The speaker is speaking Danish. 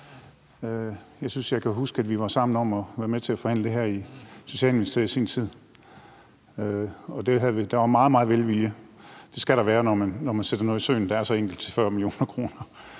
jeg kan huske, at vi var sammen om at forhandle det her i Socialministeriet i sin tid, og der var meget velvilje. Det skal der være, når man sætter noget i søen til 40 mio. kr.